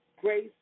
Grace